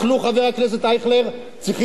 צריכים לזעזע את הניהול הזה.